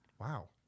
wow